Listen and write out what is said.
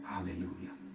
Hallelujah